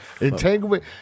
Entanglement